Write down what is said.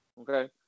Okay